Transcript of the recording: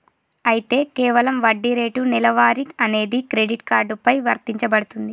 అయితే కేవలం వడ్డీ రేటు నెలవారీ అనేది క్రెడిట్ కార్డు పై వర్తించబడుతుంది